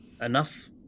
enough